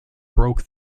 broke